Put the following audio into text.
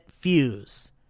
fuse